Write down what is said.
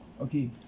okay